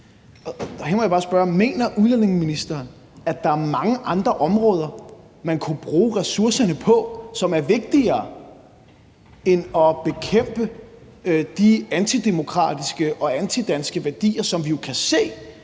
Mener udlændingeministeren, at der er mange andre områder, man kunne bruge ressourcerne på, som er vigtigere end at bekæmpe de antidemokratiske og danske værdier, som vi jo kan se